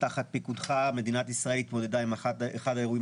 תחת פיקודך מדינת ישראל התמודדה עם אחד האירועים